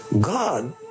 God